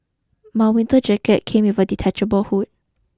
my winter jacket came with a detachable hood